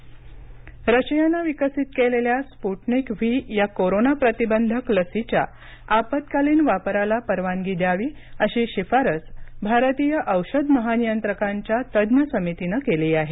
Sputnik लस रशियानं विकसित केलेल्या स्पुटनिक व्ही या कोरोना प्रतिबंधक लसीच्या आपत्कालीन वापराला परवानगी द्यावी अशी शिफारस भारतीय औषध महानियंत्रकांच्या तज्ञ समितीनं केली आहे